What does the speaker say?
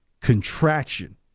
contraction